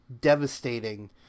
devastating